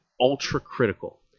ultra-critical